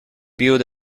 build